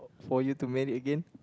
for you to marry again